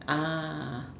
ah